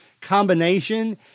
combination